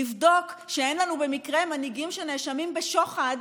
לבדוק שאין לנו במקרה מנהיגים שנאשמים בשוחד,